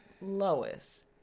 Lois